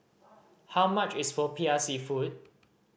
how much is Popiah Seafood